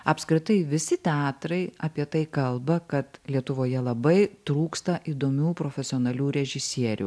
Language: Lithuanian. apskritai visi teatrai apie tai kalba kad lietuvoje labai trūksta įdomių profesionalių režisierių